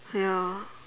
ya